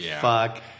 Fuck